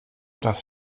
das